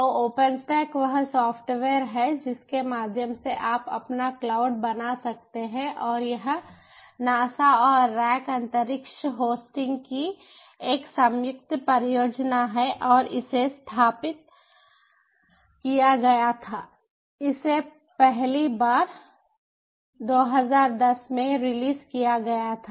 तो ओपनस्टैक वह सॉफ्टवेयर है जिसके माध्यम से आप अपना क्लाउड बना सकते हैं और यह नासा और रैक अंतरिक्ष होस्टिंग की एक संयुक्त परियोजना है और इसे स्थापित किया गया थाइसे पहली बार 2010 में रिलीज़ किया गया था